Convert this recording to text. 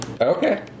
okay